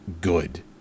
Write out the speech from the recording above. good